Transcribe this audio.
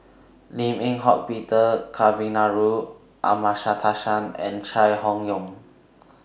Lim Eng Hock Peter Kavignareru Amallathasan and Chai Hon Yoong